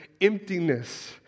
emptiness